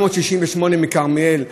968 מכרמיאל,